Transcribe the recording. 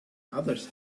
others